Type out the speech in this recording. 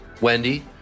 Wendy